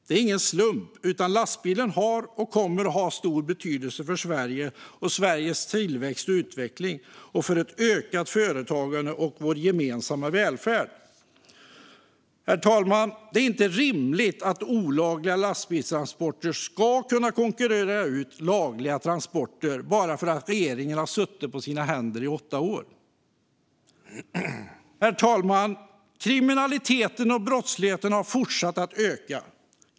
Det är ingen slump, utan lastbilen har haft och kommer att ha stor betydelse för Sveriges tillväxt och utveckling, för ökat företagande och för vår gemensamma välfärd. Herr talman! Det är inte rimligt att olagliga lastbilstransporter kan konkurrera ut lagliga transporter bara för att regeringen har suttit på händerna i åtta år. Kriminaliteten och brottsligheten har fortsatt att öka.